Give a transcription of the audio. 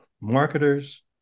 marketers